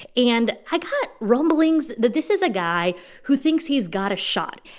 and i got rumblings that this is a guy who thinks he's got a shot.